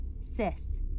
Sis